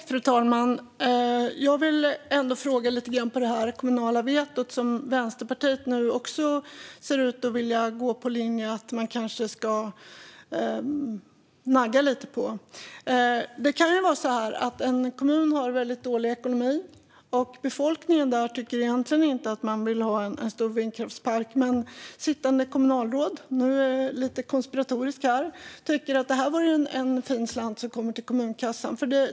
Fru talman! Jag vill fråga lite grann om det kommunala vetot. Vänsterpartiet ser nu ut att vilja gå på linjen att man kanske ska nagga lite på det. Det kan vara så att en kommun har en väldigt dålig ekonomi. Befolkningen där tycker egentligen inte att den vill ha en stor vindkraftspark. Men sittande kommunalråd - nu är jag lite konspiratorisk här - tycker att det är en fin slant som kommer till kommunkassan.